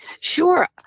Sure